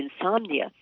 insomnia